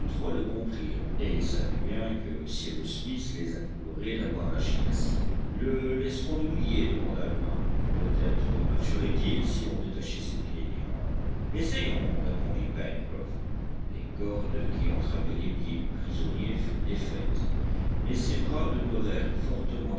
le comprirent et ils savaient bien que cyrus smith les approuverait d'avoir agi ainsi le laisserons-nous lié demanda le marin peut-être marcherait il si on détachait ses pieds dit harbert essayons répondit pencroff les cordes qui entravaient les pieds du prisonnier furent défaites mais ses bras demeurèrent fortement